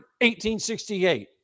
1868